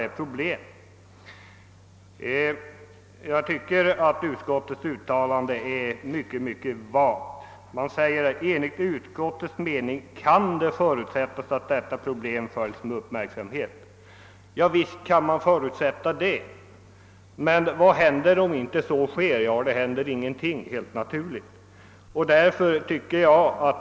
Därför tycker jag att vad utskottet anfört är alltför vagt, när utskottet skriver: »Enligt utskottets mening kan det förutsättas att detta problem följs med uppmärksamhet av berörda myndigheter ———.» Ja, visst kan man förutsätta det, men vad händer om myndigheterna inte följer denna fråga med uppmärksamhet? Det händer givetvis ingenting.